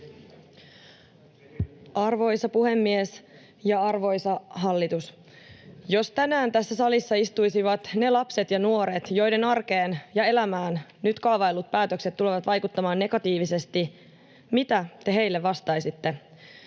Arvoisa puhemies ja arvoisa hallitus! Jos tänään tässä salissa istuisivat ne lapset ja nuoret, joiden arkeen ja elämään nyt kaavaillut päätökset tulevat vaikuttamaan negatiivisesti, mitä te heille vastaisitte?